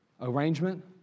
arrangement